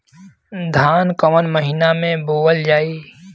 धान कवन महिना में बोवल जाई?